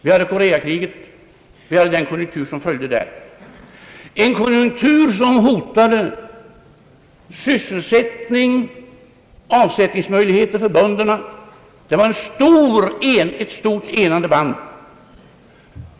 Vi hade den konjunktur som följde efter Koreakriget — en konjunktur som hotade sysselsättning och avsättningsmöjligheter för bönderna. Det var ett stort enande band.